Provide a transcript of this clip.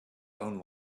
own